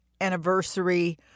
anniversary